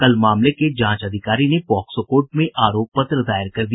कल मामले के जांच अधिकारी ने पॉक्सो कोर्ट में आरोप पत्र दायर कर दिया